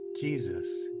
Jesus